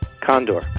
Condor